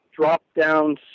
drop-down